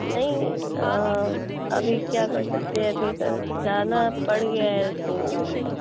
نہیں ابھی کیا کر سکتے ہیں ابھی سر جانا پڑ گیا ہے تو